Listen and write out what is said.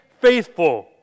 faithful